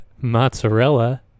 Mozzarella